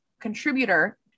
contributor